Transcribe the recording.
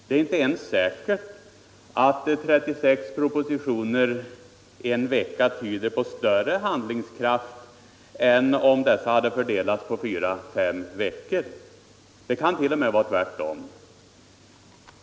Det är inte ens säkert att 36 propositioner under en vecka tyder på större handlingskraft än om dessa propositioner hade fördelats på fyra fem veckor. Det kan t.o.m. vara tvärtom.